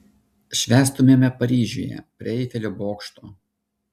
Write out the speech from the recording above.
švęstumėme paryžiuje prie eifelio bokšto